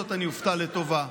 אתה פנית אליה,